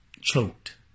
choked